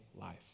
life